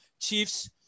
chiefs